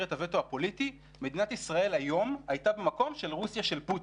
את הווטו הפוליטי מדינת ישראל היום הייתה במקום של רוסיה של פוטין.